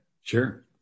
Sure